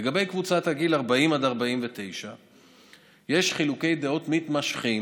לגבי קבוצת הגיל 40 עד 49 יש חילוקי דעות מתמשכים